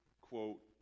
quote